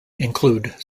include